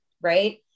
right